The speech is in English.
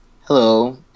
Hello